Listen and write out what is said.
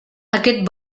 aquest